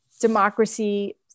democracy